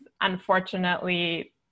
unfortunately